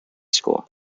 school